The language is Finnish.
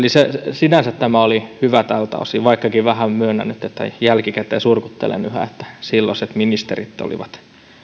sinänsä tämä oli hyvä tältä osin vaikkakin vähän myönnän nyt että jälkikäteen surkuttelen yhä että silloiset ministerit olivat